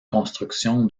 construction